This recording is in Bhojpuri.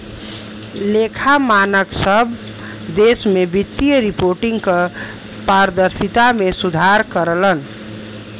लेखा मानक सब देश में वित्तीय रिपोर्टिंग क पारदर्शिता में सुधार करलन